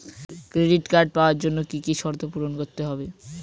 Credit card পাওয়ার জন্য কি কি শর্ত পূরণ করতে হবে?